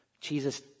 Jesus